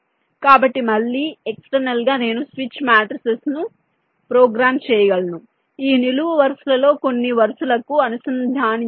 కాబట్టి మళ్ళీ ఎక్స్టర్నల్ గా నేను స్విచ్ మాట్రిసెస్ ను ప్రోగ్రామ్ చేయగలను ఈ నిలువు వరుసలలో కొన్ని వరుసలకు అనుసంధానించవచ్చు